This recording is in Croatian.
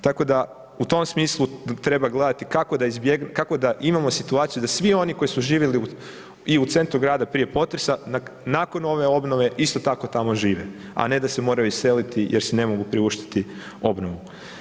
Tako da u tom smislu treba gledati kako da izbjegnemo, kako da imamo situaciju da svi oni koji su živjeli i u centru grada prije potresa nakon ove obnove isto tako tamo žive, a ne da se moraju iseliti jer si ne mogu priuštiti obnovu.